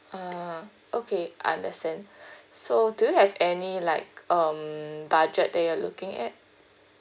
err okay understand so do you have any like um budget that you're looking at